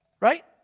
Right